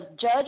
judge